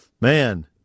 Man